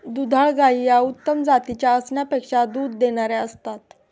दुधाळ गायी या उत्तम जातीच्या असण्यापेक्षा दूध देणाऱ्या असतात